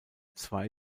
zwei